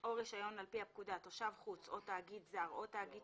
או רישיון על פי הפקודה תושב חוץ או תאגיד זר או תאגיד